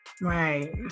Right